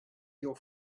your